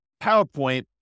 PowerPoint